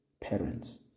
parents